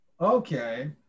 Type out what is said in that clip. Okay